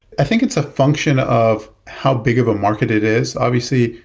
i think it's a function of how big of a market it is. obviously,